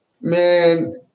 man